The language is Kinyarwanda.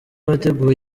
wateguye